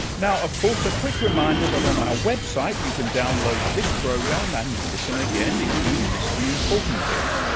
now of course a quick reminder that on our website you can download this program and listen again if you missed an important bit.